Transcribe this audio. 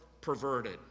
perverted